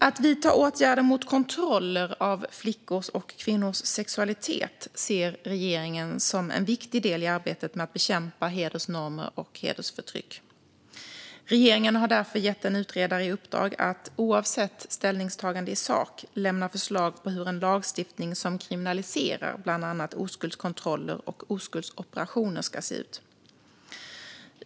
Att vidta åtgärder mot kontroller av flickors och kvinnors sexualitet ser regeringen som en viktig del i arbetet med att bekämpa hedersnormer och hedersförtryck. Regeringen har därför gett en utredare i uppdrag att, oavsett ställningstagande i sak, lämna förslag på hur en lagstiftning som kriminaliserar bland annat oskuldskontroller och oskuldsoperationer ska se ut.